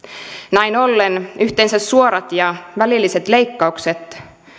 näin ollen yhteensä suorat ja välilliset leikkaukset